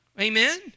amen